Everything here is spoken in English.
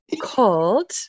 called